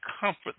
Comfort